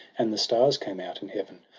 and the stars came out in heaven,